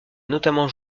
notamment